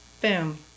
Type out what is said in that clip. boom